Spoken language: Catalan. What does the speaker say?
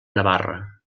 navarra